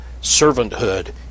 servanthood